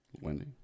Wendy